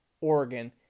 Oregon